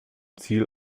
ziel